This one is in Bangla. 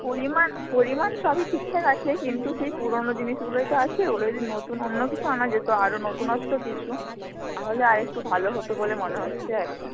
পরিমাণ পরিমাণ সবই ঠিকঠাক আছে কিন্তু সেই পুরোনো জিনিসগুলোই তো আছে ওগুলো যদি নতুন অন্য কিছু আনা যেত আরও নতুনত্ব কিছু তাহলে আর একটু ভালো হতো বলে মনে হচ্ছে আর কি